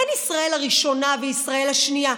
אין ישראל הראשונה וישראל השנייה.